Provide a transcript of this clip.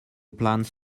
plans